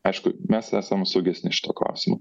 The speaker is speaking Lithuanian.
aišku mes esam saugesni šituo klausimu